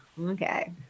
Okay